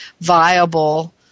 viable